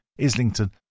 Islington